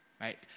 right